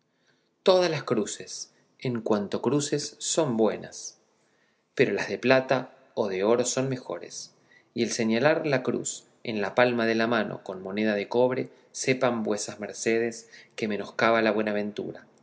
todas las cruces en cuanto cruces son buenas pero las de plata o de oro son mejores y el señalar la cruz en la palma de la mano con moneda de cobre sepan vuesas mercedes que menoscaba la buenaventura